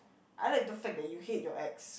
I like the fact that you hate your ex